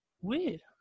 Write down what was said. Weird